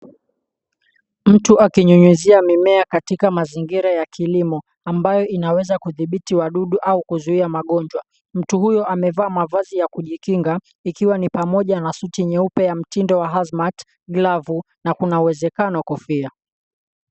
Mtu akinyunyuzia mimea katika mazingira ya kilimo ambayo inaweza kuthibiti wadudu au magonjwa. Mtu huyo amevaa mavazi ya kujikinga ikiwa na pamoja na suti nyeupe ya mtindo wa hazmat , glavu na kuna uwezekano wa kofia.